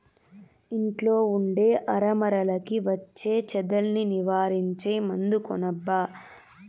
ఇంట్లో ఉండే అరమరలకి వచ్చే చెదల్ని నివారించే మందు కొనబ్బా